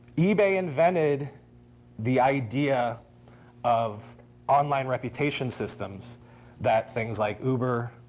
ebay invented the idea of online reputation systems that things like uber,